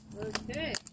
Okay